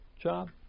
job